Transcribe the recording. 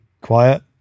quiet